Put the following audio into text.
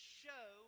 show